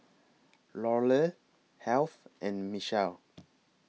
Lorelei Heath and Michal